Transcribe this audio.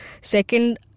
Second